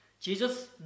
Jesus